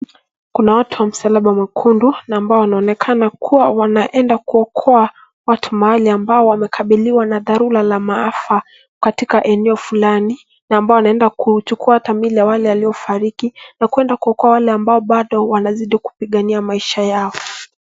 Kuna watu wa msalaba mwekundu na ambao wanaonekana kua wanaenda kuokoa watu ambao wamekabiliwa na dharura la maafa katika eneo fulani na ambao wanaenda kuchukua hata miili ya waliofariki na kwenda kuokoa wale ambao bado wanazidi kupigania maisha yao.